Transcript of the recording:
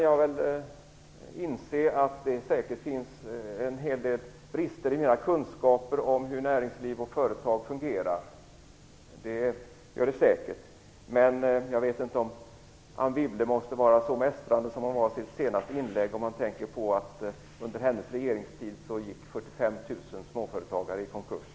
Jag kan inse att det säkert finns en hel del brister i mina kunskaper om hur näringsliv och företag fungerar. Det gör det säkert. Men jag vet inte om Anne Wibble måste vara så mästrande som hon var i sitt senaste inlägg, om man tänker på att 45 000 småföretagare gick i konkurs under hennes regeringstid.